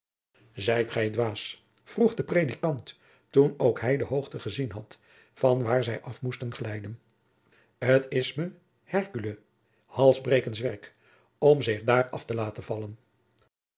ijt gij vroeg de predikant toen jacob van lennep de pleegzoon ook hij de hoogte gezien had van waar zij af moestenglijden het is me hercule halsbrekens werk om zich daar af te laten vallen